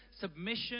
submission